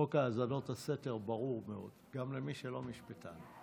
חוק האזנות הסתר ברור מאוד גם למי שלא משפטן.